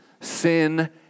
sin